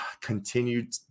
continued